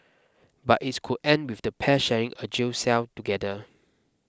but it's could end with the pair sharing a jail cell together